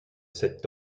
cette